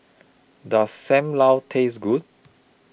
Does SAM Lau Taste Good